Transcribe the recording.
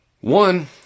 One